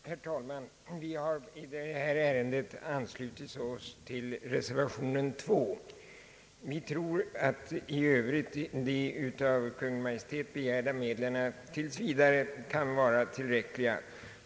Herr talman! Vi har i detta ärende anslutit oss till reservation 2. I övrigt tror vi att de av Kungl. Maj:t begärda medlen tills vidare kan vara tillräckliga.